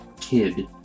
kid